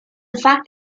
fact